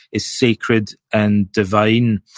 is sacred and divine.